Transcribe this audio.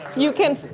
you can.